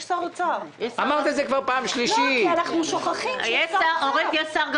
אנחנו שוכחים שיש שר אוצר.